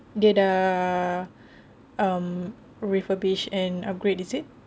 dia dah um refurbish and upgrade is it